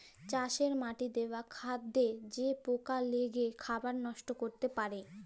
চাষের মাটিতে বা খাদ্যে যে পকা লেগে খাবার লষ্ট ক্যরতে পারে